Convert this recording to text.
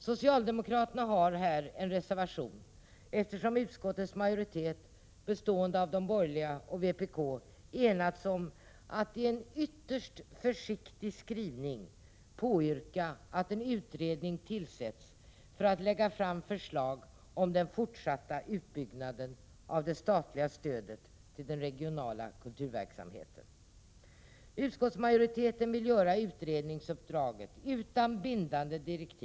Socialdemokraterna har här en reservation, eftersom utskottets majoritet — bestående av de borgerliga och vpk — enats om att i en ytterst försiktig skrivning yrka på att en utredning tillsätts, vilken skall lägga fram förslag om den fortsatta utbyggnaden av det statliga stödet till den regionala kulturverksamheten. Utskottsmajoriteten vill att utredningsuppdraget inte skall innehålla bindande direktiv.